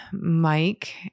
Mike